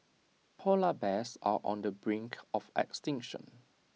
Polar Bears are on the brink of extinction